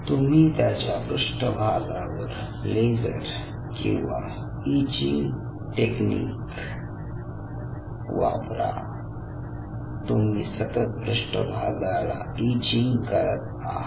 तुम्ही त्याच्या पृष्ठभागावर लेझर किंवा ईचींग टेक्निक वापरा तुम्ही सतत पृष्ठभागाला ईचींग करत आहात